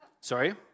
Sorry